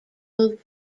moved